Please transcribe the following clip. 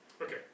Okay